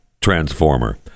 transformer